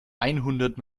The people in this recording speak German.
einhundert